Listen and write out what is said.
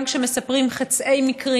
גם כאשר מספרים חצאי מקרים,